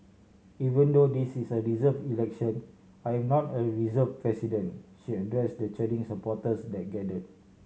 even though this is a reserved election I am not a reserved president she addressed the cheering supporters that gathered